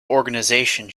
organisation